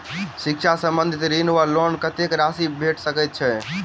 शिक्षा संबंधित ऋण वा लोन कत्तेक राशि भेट सकैत अछि?